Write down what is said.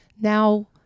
now